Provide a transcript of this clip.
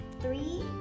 three